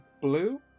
Blue